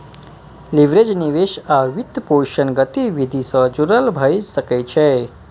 leverage निवेश आ वित्तपोषण गतिविधि सं जुड़ल भए सकै छै